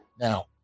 Now